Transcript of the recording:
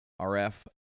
RF